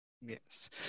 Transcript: Yes